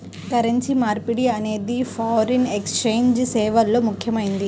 currency మార్పిడి అనేది foreign exchange సేవల్లో ముఖ్యమైనది